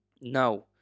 now